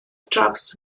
draws